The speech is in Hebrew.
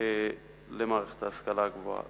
למערכת ההשכלה הגבוהה.